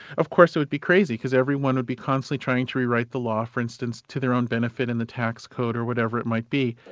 of course it would be crazy, because everyone would be constantly trying to rewrite the law, for instance, to their own benefit in the tax code, or whatever it might be,